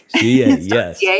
yes